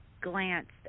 glanced